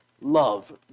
love